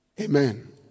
Amen